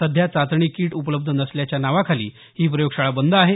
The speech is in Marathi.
सध्या चाचणी किट उपलब्ध नसल्याच्या नावाखाली ही प्रयोगशाळा बंद आहे